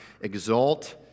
exalt